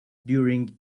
during